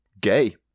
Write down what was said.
Gay